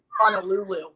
honolulu